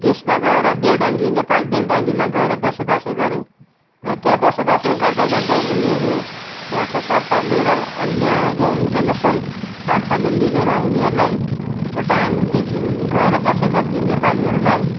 देशमा गएर बेल्डाङ्गी नेपाल बेल्डाङ्गीमा गएर बसोबास गरे र त्यहाँ बसोबास गर्दागर्दै उनीहरू त्यहाँको सरकारले र अन्य अब इन्टरनेसनल सरकारले मिलेर उनीहरूलाई भोटानदेखिन गएर बसेका ती नेपालीहरूलाई